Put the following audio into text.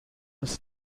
his